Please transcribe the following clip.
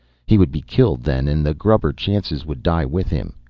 he would be killed then and the grubber chances would die with him.